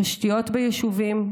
תשתיות ביישובים,